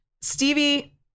stevie